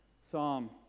Psalm